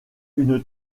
une